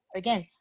again